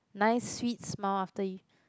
nice sweet smile after you